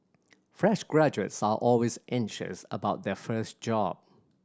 fresh graduates are always anxious about their first job